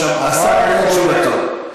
השר עונה את תשובתו.